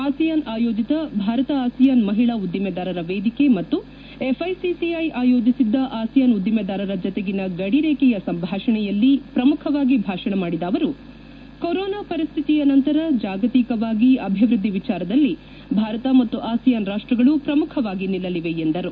ASEAN ಆಯೋಜಿತ Bharat ASEAN ಮಹಿಳಾ ಉದ್ದಿಮೆದಾರರ ವೇದಿಕೆ ಮತ್ತು ಎಫ್ಐಸಿಸಿಐ ಆಯೋಜಿಸಿದ್ದ ಆಸಿಯಾನ್ ಉದ್ವಿಮೆದಾರರ ಜತೆಗಿನ ಗಡಿರೇಖೆಯ ಸಂಭಾಷಣೆಯಲ್ಲಿ ಪ್ರಮುಖವಾಗಿ ಭಾಷಣ ಮಾಡಿದ ಅವರು ಕೊರೊನಾ ಪರಿಸ್ಥಿತಿಯ ನಂತರ ಜಾಗತಿಕವಾಗಿ ಅಭಿವೃದ್ದಿ ವಿಚಾರದಲ್ಲಿ ಭಾರತ ಮತ್ತು ಆಸಿಯಾನ್ ರಾಷ್ಟಗಳು ಪ್ರಮುಖವಾಗಿ ನಿಲ್ಲಲಿವೆ ಎಂದರು